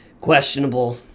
questionable